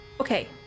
Okay